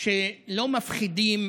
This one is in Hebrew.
שלא מפחידים